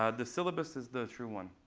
ah the syllabus is the true one.